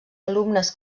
alumnes